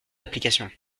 d’application